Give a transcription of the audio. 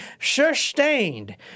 sustained